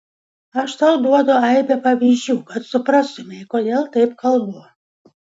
aš tau duodu aibę pavyzdžių kad suprastumei kodėl taip kalbu